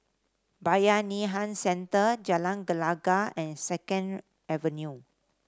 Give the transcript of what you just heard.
Bayanihan Centre Jalan Gelegar and Second Avenue